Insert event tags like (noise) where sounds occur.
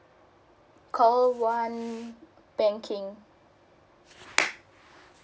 call one banking (noise)